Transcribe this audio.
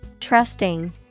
Trusting